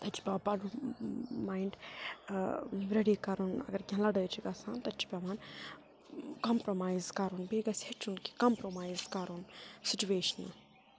تَتہِ چھِ پٮ۪وان پَنُن مایِنٛڈ ریٚڈی کَرُن اَگر کیٚنٛہہ لَڑٲے چھِ گَژھان تَتہِ چھِ پٮ۪وان کَمپرٛومایِز کَرُن بیٚیہِ گژھِ ہیٚچھُن کہِ کَمپرٛومایِز کَرُن سُچویشن